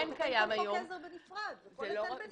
לתקן כל חוק עזר בנפרד וכל היטל בנפרד.